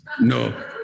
No